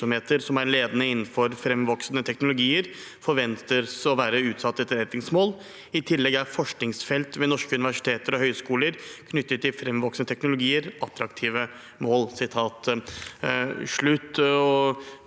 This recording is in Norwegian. som er ledende innenfor fremvoksende teknologier, forventes å være utsatte etterretningsmål. I tillegg er forskningsfelt ved norske universiteter og høyskoler knyttet til fremvoksende teknologier attraktive mål.» Vi